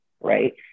right